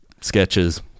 sketches